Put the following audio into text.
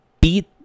beat